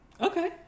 Okay